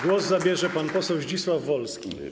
Głos zabierze pan poseł Zdzisław Wolski.